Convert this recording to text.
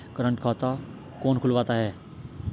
Current खाता कौन खुलवाता है?